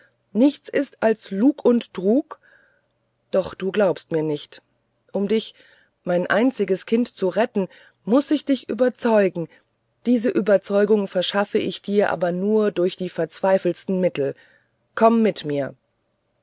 nichts ist als lug und trug doch du glaubst mir nicht um dich mein einziges kind zu retten muß ich dich überzeugen diese überzeugung verschaffe ich dir aber durch die verzweifeltsten mittel komm mit mir